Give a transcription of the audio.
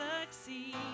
succeed